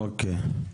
אוקיי.